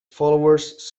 followers